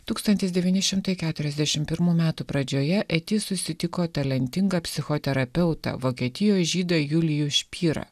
tūkstantis devyni šimtai keturiasdešim pirmų metų pradžioje eti susitiko talentingą psichoterapeutą vokietijoj žydą julijų špyrą